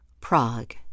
Prague